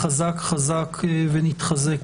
"חזק חזק ונתחזק".